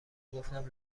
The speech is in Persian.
گفتم